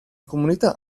comunità